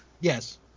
Yes